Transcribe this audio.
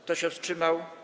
Kto się wstrzymał?